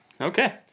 Okay